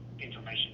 information